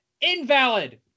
invalid